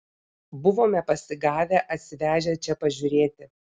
buvome pasigavę atsivežę čia pažiūrėti